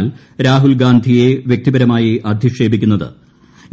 എന്നാൽ രാഹുൽ ഗാന്ധിയെ വൃക്തിപരമായി അധിക്ഷേപിക്കുന്നത്